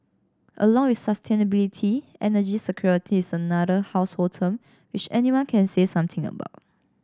along with sustainability energy security is another household term which anyone can say something about